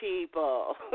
people